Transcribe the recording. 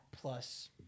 plus